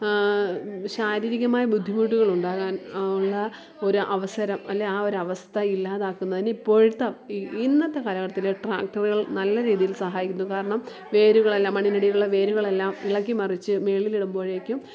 ശാരീരികമായ ബുദ്ധിമുട്ടുകൾ ഉണ്ടാകാൻ ഉള്ള ഒരു അവസരം അല്ലെങ്കിൽ ആ ഒരവസ്ഥ ഇല്ലാതാക്കുന്നതിന് ഇപ്പോഴത്തെ അ ഈ ഇന്നത്തെ കാലഘട്ടത്തിൽ ട്രാക്ടറുകൾ നല്ല രീതിയിൽ സഹായിക്കുന്നു കാരണം വേരുകളെല്ലാം മണ്ണിനടിയിലുള്ള വേരുകളെല്ലാം ഇളക്കി മറിച്ച് മേളിൽ ഇടുമ്പോഴേക്കും